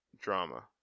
drama